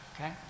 Okay